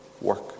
work